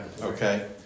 Okay